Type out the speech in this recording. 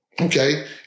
Okay